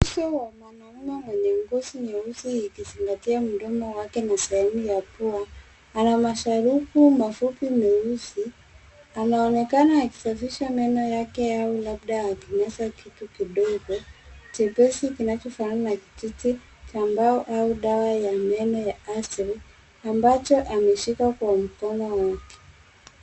Uso wa mwanaume mwenye ngozi nyeusi ikizingatia mdomo wake na sehemu ya pua. Ana masharubu mafupi meusi. Anaonekana akisafisha meno yake au labda akimeza kitu kidogo, chepesi kinachofanana na kijiti cha mbao au dawa ya meno ya asili ambacho ameshika kwa mkono wake.